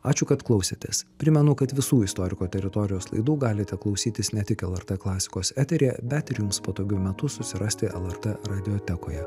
ačiū kad klausėtės primenu kad visų istoriko teritorijos laidų galite klausytis ne tik lrt klasikos eteryje bet ir jums patogiu metu susirasti lrt radiotekoje